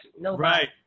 Right